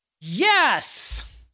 Yes